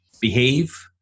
behave